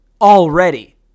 already